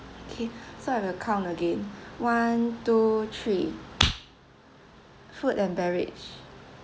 okay so I will count again one two three food and beverage